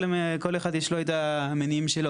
כל אחד יש לו את המניעים שלו,